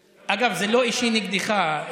אגב, זה לא אישי נגדך.